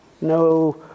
no